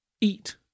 Eat